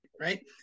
right